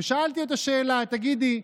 ושאלתי אותה שאלה: תגידי,